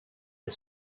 but